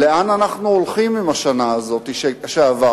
לאן אנחנו הולכים עם השנה הזאת שעברנו?